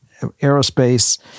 aerospace